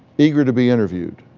eager to be interviewed.